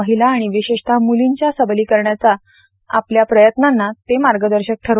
महिला आणि विशेषत म्लींच्या सबलीकरणाच्या आपल्या प्रयत्नांना ते मार्गदर्शक ठरो